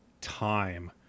time